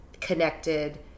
connected